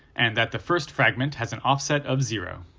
and that the first fragment has an offset of zero.